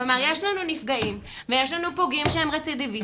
כלומר יש לנו נפגעים ויש לנו פוגעים שהם רצידיוויסטים